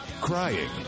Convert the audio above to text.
crying